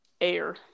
air